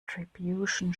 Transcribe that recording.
attribution